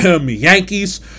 Yankees